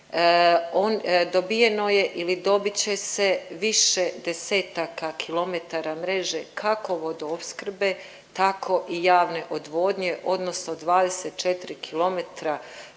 Dobijeno je ili dobit će se više desetaka kilometara mreže kako vodoopskrbe, tako i javne odvodnje, odnosno 24 km